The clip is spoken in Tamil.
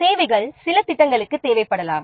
சில ப்ராஜெக்ட்களுக்கு சிறப்பு சேவைகள் தேவைப்படலாம்